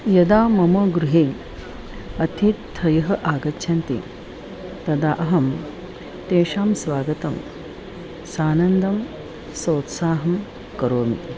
यदा मम गृहे अतिथयः आगच्छन्ति तदा अहं तेषां स्वागतं सानन्दं सोत्साहं करोमि